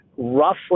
roughly